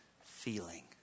feeling